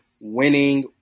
winning